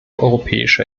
europäischer